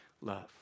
love